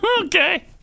okay